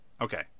Okay